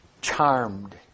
charmed